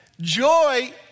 joy